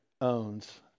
owns